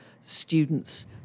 students